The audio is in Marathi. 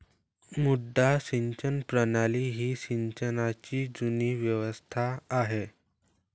मुड्डा सिंचन प्रणाली ही सिंचनाची जुनी व्यवस्था आहे